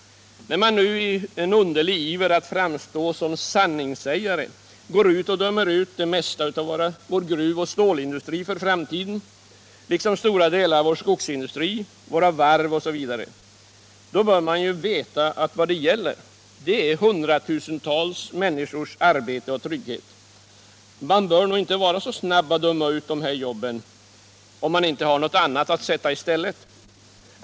När man nu i en underlig iver att framstå som sanningssägare går ut och dömer ut det mesta av vår gruvoch stålindustri för framtiden liksom stora delar av vår skogsindustri, våra varv Osv. bör man veta att vad det gäller är hundratusentals människors arbete och trygghet. Man bör nog inte vara så snabb att döma ut dessa jobb, om man inte har något annat att sätta i stället.